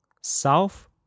south